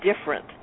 different